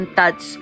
touch